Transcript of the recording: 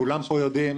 כולם פה יודעים,